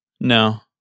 No